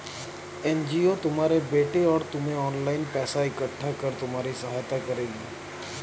NGO तुम्हारे बेटे और तुम्हें ऑनलाइन पैसा इकट्ठा कर तुम्हारी सहायता करेगी